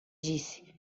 disse